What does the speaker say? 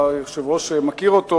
היושב-ראש ודאי מכיר אותו.